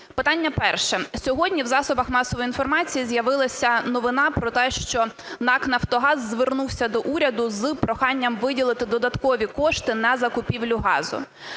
Питання перше. Сьогодні в засобах масової інформації з'явилася новина про те, що НАК "Нафтогаз" звернувся до уряду з проханням виділити додаткові кошти на закупівлю газу.